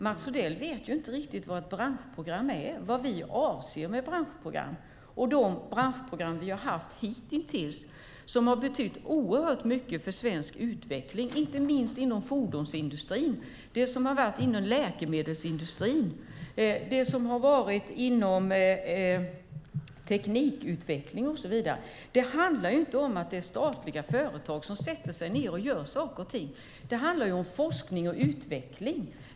Mats Odell vet inte riktigt vad ett branschprogram är, vad vi avser med branschprogram. De branschprogram vi hitintills haft har betytt oerhört mycket för svensk utveckling, inte minst inom fordonsindustrin. Det gäller också det som varit inom läkemedelsindustrin, inom teknikutveckling och så vidare. Det handlar inte om att man på statliga företag sätter sig ned och gör saker och ting, utan det handlar om forskning och utveckling.